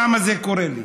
למה זה קורה לי.